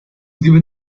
given